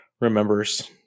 remembers